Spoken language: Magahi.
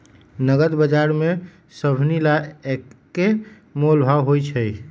नगद बजार में सभनि ला एक्के मोलभाव होई छई